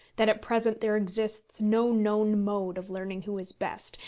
that at present there exists no known mode of learning who is best,